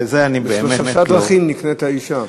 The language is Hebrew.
בזה אני באמת לא בשלושה דרכים נקנית האישה.